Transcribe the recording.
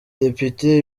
depite